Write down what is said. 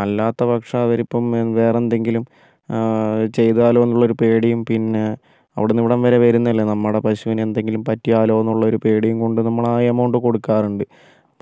അല്ലാത്ത പക്ഷം അവരിപ്പം വേറെന്തെങ്കിലും ചെയ്താലോ എന്നുള്ളൊരു പേടീം പിന്നെ അവിടുന്ന് ഇവിടം വരെ വരുന്നതല്ലേ നമ്മുടെ പശുവിനെ എന്തെങ്കിലും പറ്റിയാലോ എന്നുള്ളൊരു പേടീം കൊണ്ട് നമ്മളാ എമൗണ്ട് കൊടുക്കാറുണ്ട്